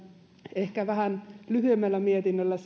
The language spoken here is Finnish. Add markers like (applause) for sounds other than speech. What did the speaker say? ehkä selvitään sitten vähän lyhyemmällä mietinnöllä (unintelligible)